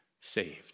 saved